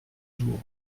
jours